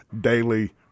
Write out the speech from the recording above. daily